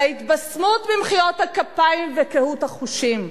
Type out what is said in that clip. על ההתבשמות ממחיאות הכפיים וקהות החושים.